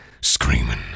screaming